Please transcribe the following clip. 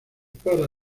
para